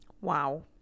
Wow